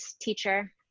teacher